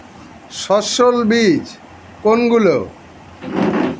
সস্যল বীজ কোনগুলো?